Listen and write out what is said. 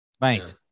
mate